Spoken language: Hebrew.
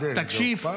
נגד התעופה?